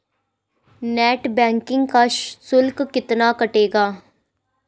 Net banking का शुल्क कितना कटेगा?